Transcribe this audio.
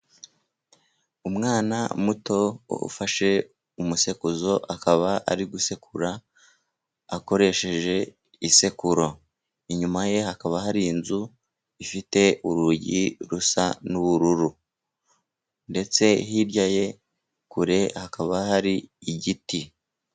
Umwana muto ufashe umusekuzo akaba ari gusekura akoresheje isekururo. Inyuma ye hakaba hari inzu ifite urugi rusa n'ubururu. Ndetse hirya ye kure, hakaba hari igiti.